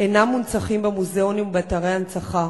אינם מונצחים במוזיאונים ובאתרי ההנצחה.